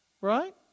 right